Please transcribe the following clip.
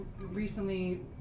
recently